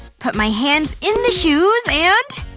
put my hands in the shoes and,